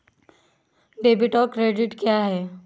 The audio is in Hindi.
डेबिट और क्रेडिट क्या है?